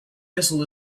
missile